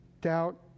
doubt